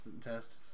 test